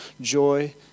joy